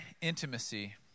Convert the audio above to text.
intimacy